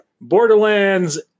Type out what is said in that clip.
Borderlands